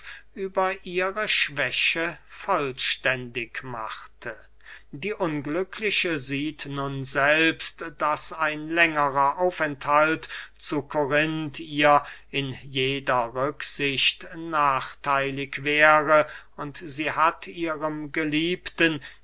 über ihre schwäche vollständig machte die unglückliche sieht nun selbst daß ein längerer aufenthalt zu korinth ihr in jeder rücksicht nachtheilig wäre und sie hat ihrem geliebten